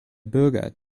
bürger